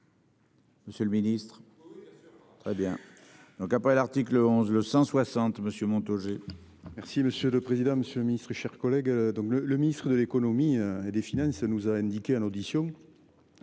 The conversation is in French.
Monsieur le Ministre. Très bien, donc après l'article 11, le 160, Monsieur Montaugé. Merci monsieur le président, Monsieur le Ministre, chers collègues. Donc le le ministre de l'Économie et des Finances nous a indiqué à l'audition.